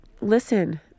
listen